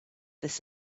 this